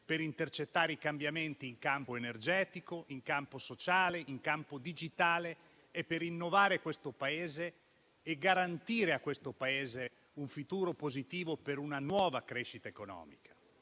per intercettare i cambiamenti in campo energetico, sociale e digitale per innovare questo Paese e garantirgli un futuro positivo per una nuova crescita economica.